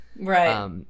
Right